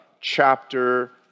chapter